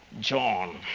John